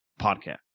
podcast